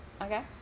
okay